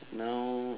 now now